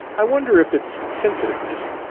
i wonder if it's sensitiveness?